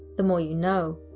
the more you know,